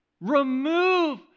Remove